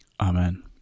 Amen